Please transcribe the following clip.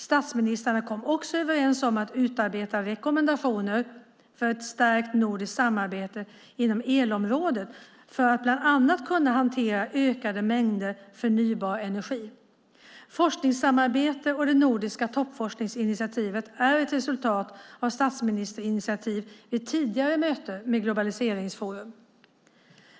Statsministrarna kom också överens om att utarbeta rekommendationer för ett stärkt nordiskt samarbete inom elområdet för att bland annat kunna hantera ökade mängder förnybar energi. Forskningssamarbete och det nordiska toppforskningsinitiativet är ett resultat av statsministerinitiativ vid tidigare möten med Globaliseringsforum.